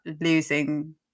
losing